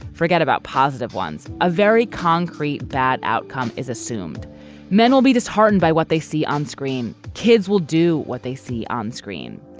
forget about positive ones. a very concrete bad outcome is assumed men will be disheartened by what they see onscreen kids will do what they see on screen.